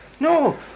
No